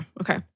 Okay